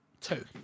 Two